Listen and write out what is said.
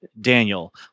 Daniel